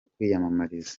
kwiyamamariza